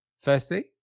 Firstly